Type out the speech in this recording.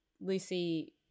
Lucy